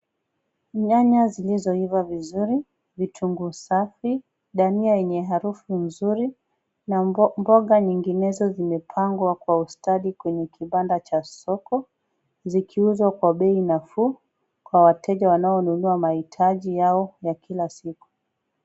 Nyanya zilizoiva vizuri, vitunguu safi, dania yenye harufu nzuri na mboga nyinginezo zimepangwa kwa ustadi kwenye kibanda cha soko zikiuzwa kwa bei nafuu kwa wateja wanaonunua mahitaji yao ya kila siku.